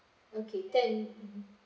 okay thank